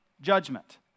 judgment